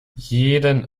jeden